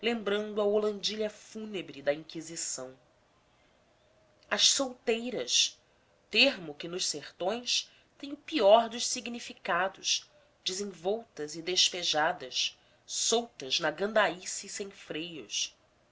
fúnebre da inquisição as solteiras termo que nos sertões tem o pior dos significados desenvoltas e despejadas soltas na gandaíce sem freios